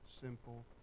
simple